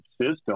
system